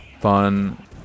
fun